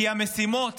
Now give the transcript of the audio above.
כי המשימות